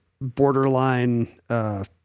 borderline